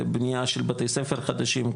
ובנייה של בתי ספר חדשים.